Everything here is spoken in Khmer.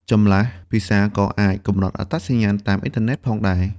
ចម្លាស់ភាសាក៏អាចកំណត់អត្តសញ្ញាណតាមអ៊ីនធឺណិតផងដែរ។